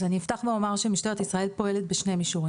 אז אני אפתח ואומר שמשטרת ישראל פועלת בשתי מישורים,